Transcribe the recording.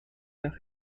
nach